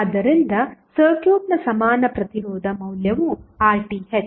ಆದ್ದರಿಂದ ಸರ್ಕ್ಯೂಟ್ನ ಸಮಾನ ಪ್ರತಿರೋಧ ಮೌಲ್ಯವು RTh